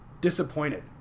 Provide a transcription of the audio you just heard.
disappointed